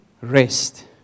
rest